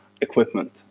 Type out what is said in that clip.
equipment